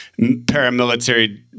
paramilitary